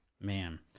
Man